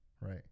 right